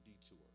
detour